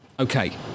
Okay